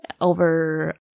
over